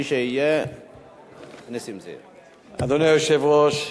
התשע"ב 2012,